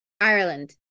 Ireland